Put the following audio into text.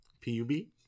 P-U-B